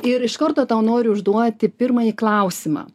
ir iš karto tau noriu užduoti pirmąjį klausimą